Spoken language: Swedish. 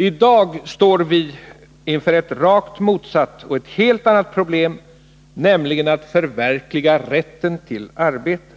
I dag står vi inför ett rakt motsatt och helt annat problem, nämligen att förverkliga rätten till arbete.